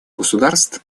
государств